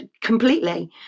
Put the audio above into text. completely